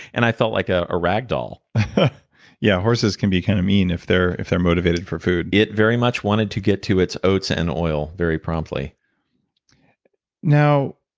and i felt like a rag doll yeah, horses can be kind of mean if they're if they're motivated for food it very much wanted to get to its oats and oil very promptly now,